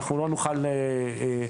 אנחנו לא נוכל לפתור,